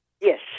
Yes